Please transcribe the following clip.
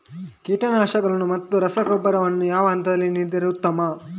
ಕೀಟನಾಶಕಗಳನ್ನು ಮತ್ತು ರಸಗೊಬ್ಬರವನ್ನು ಯಾವ ಹಂತದಲ್ಲಿ ನೀಡಿದರೆ ಉತ್ತಮ?